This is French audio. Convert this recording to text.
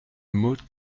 maud